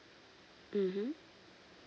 mmhmm